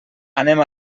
anem